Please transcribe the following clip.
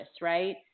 right